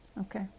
okay